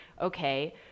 Okay